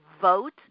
vote